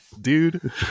dude